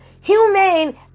humane